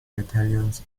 battalions